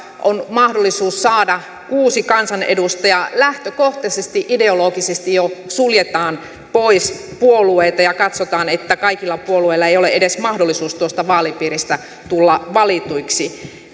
on mahdollisuus saada kuusi kansanedustajaa lähtökohtaisesti ideologisesti jo suljetaan puolueita ja katsotaan että kaikilla puolueilla ei ole edes mahdollisuus tuosta vaalipiiristä tulla valituiksi